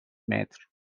متر